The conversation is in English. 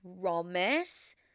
promise